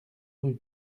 rue